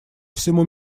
всему